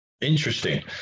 interesting